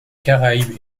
caraïbes